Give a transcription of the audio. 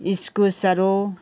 इस्कुसहरू